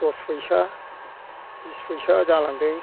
दस फैसा बिस फैसा जालांदों